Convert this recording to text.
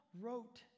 wrote